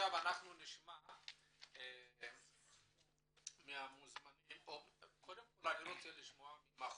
עכשיו אנחנו נשמע קודם כל ממכון